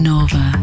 Nova